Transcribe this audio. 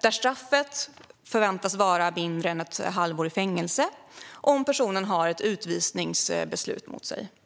där straffet förväntas vara mindre än ett halvår i fängelse om personen har ett utvisningsbeslut mot sig.